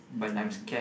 mm